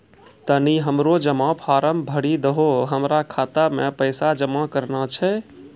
तनी हमरो जमा फारम भरी दहो, हमरा खाता मे पैसा जमा करना छै